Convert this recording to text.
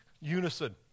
unison